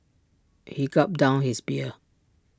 he gulped down his beer